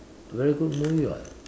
very good movie [what]